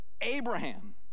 Abraham